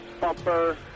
bumper